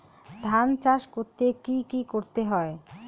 ধান চাষ করতে কি কি করতে হয়?